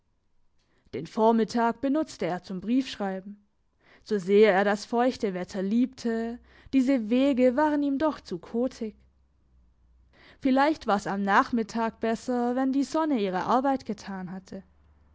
den vormittag benutzte er zum briefschreiben so sehr er das feuchte wetter liebte diese wege waren ihm doch zu kotig vielleicht war's am nachmittag besser wenn die sonne ihre arbeit getan hatte